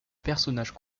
personnage